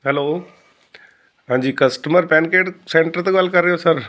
hello ਹਾਂਜੀ customer pan card centre ਤੋਂ ਗੱਲ ਕਰ ਰਹੇ ਹੋ ਸਰ